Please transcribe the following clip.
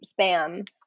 spam